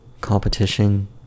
competition